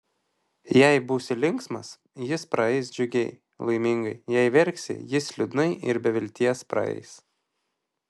jei būsi linksmas jis praeis džiugiai laimingai jei verksi jis liūdnai ir be vilties praeis